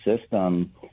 system